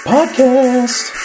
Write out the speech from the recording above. Podcast